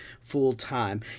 full-time